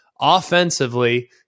Offensively